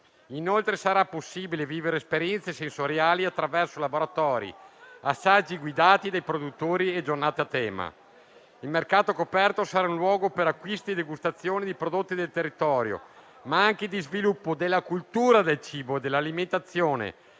Inoltre sarà possibile vivere esperienze sensoriali attraverso laboratori, assaggi guidati dai produttori e giornate a tema. Il mercato al coperto sarà un luogo per acquisti e degustazioni di prodotti del territorio, ma anche di sviluppo della cultura del cibo e dell'alimentazione.